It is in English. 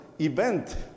event